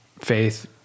faith